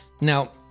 Now